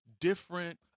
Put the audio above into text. different